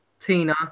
Tina